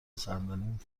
صندلیم